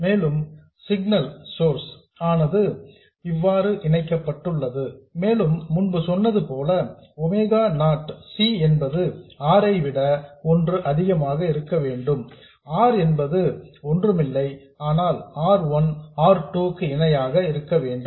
மேலும் signal source ஆனது இவ்வாறு இணைக்கப்பட்டுள்ளது மேலும் முன்பு சொன்னது போல ஒமேகா நாட் C என்பது R ஐ விட 1 அதிகமாக இருக்க வேண்டும் R என்பது ஒன்றுமில்லை ஆனால் R 1 R 2 க்கு இணையாக இருக்கவேண்டும்